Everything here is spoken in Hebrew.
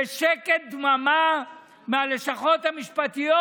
ושקט ודממה מהלשכות המשפטיות.